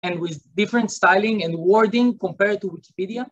ועם סגנון וניסוח אחרים בהשוואה לויקיפדיה.